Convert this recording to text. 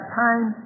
time